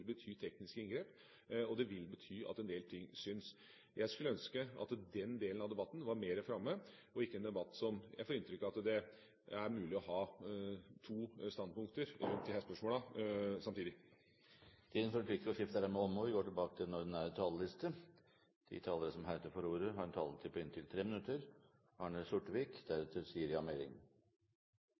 bety master. Det vil bety tekniske inngrep, og det vil bety at en del ting syns. Jeg skulle ønske at den delen av debatten var mer framme, og ikke en debatt hvor jeg får inntrykk av at det er mulig å ha to standpunkt samtidig i disse spørsmålene. Replikkordskiftet er omme. De talere som heretter får ordet, har en taletid på inntil 3 minutter.